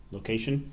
Location